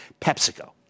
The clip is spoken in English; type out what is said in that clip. PepsiCo